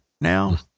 now